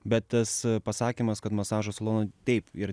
bet tas pasakymas kad masažo salono taip ir